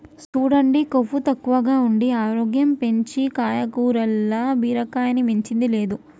సూడండి కొవ్వు తక్కువగా ఉండి ఆరోగ్యం పెంచీ కాయగూరల్ల బీరకాయని మించింది లేదు